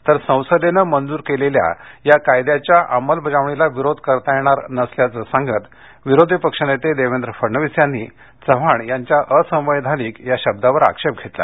तर संसदेनं मंजूर केलेल्या या कायद्याच्या अंमलबजावणीला विरोध करता येणार नसल्याचं सांगत विरोधी पक्षनेते देवेंद्र फडणवीस यांनी चव्हाण यांच्या असंवैधानिक या शब्दावर आक्षेप घेतला